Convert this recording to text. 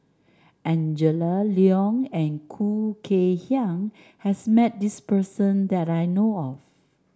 Angela Liong and Khoo Kay Hian has met this person that I know of